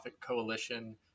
coalition